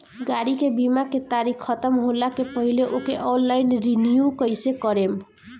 गाड़ी के बीमा के तारीक ख़तम होला के पहिले ओके ऑनलाइन रिन्यू कईसे करेम?